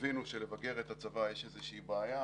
והבינו שלבגר את הצבא יש איזושהי בעיה,